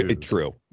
True